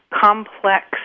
complex